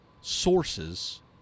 sources